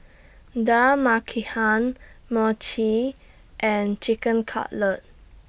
Dal Makhani Mochi and Chicken Cutlet